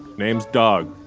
name's doug.